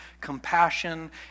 compassion